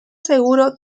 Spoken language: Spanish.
seguro